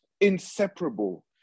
inseparable